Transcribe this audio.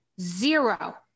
zero